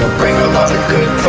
bring a lot of good